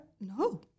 No